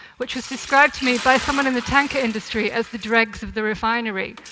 which was described to me by someone in the tanker industry as the dregs of the refinery,